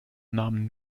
nahm